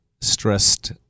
stressed